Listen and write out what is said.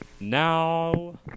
Now